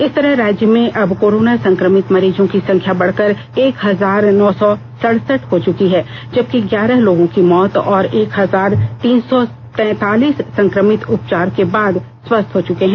इस तरह राज्य में अब कोरोना सं क्र मित मरीजों की संख्या बढ़कर एक हजार नौ सौ सडसठ हो चुकी है जबकि ग्यारह लोगों की मौत और एक हजार तीन सौ तैतालीस सं क्र मित उपचार के बाद स्वस्थ हो चुके हैं